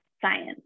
science